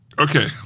Okay